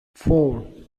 four